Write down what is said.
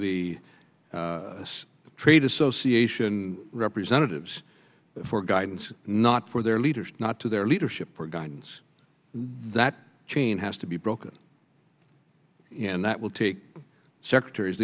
the trade association representatives for guidance not for their leaders not to their leadership or guidance that chain has to be broken and that will take secretaries